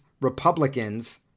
Republicans